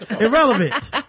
Irrelevant